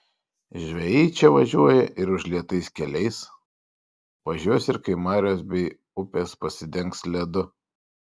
žvejai į čia važiuoja ir užlietais keliais važiuos ir kai marios bei upės pasidengs ledu